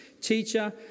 Teacher